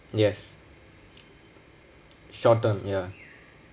yes short term ya